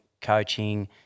coaching